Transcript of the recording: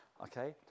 okay